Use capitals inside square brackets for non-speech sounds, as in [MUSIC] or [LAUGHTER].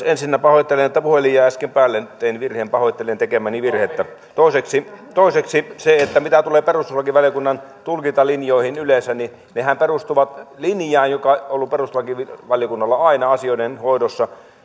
[UNINTELLIGIBLE] ensinnä pahoittelen että puhelin jäi äsken päälle tein virheen pahoittelen tekemääni virhettä toiseksi toiseksi mitä tulee perustuslakivaliokunnan tulkintalinjoihin yleensä niin nehän perustuvat linjaan joka on ollut perustuslakivaliokunnalla aina asioiden hoidossa